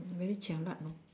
very jialat hor